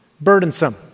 burdensome